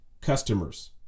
customers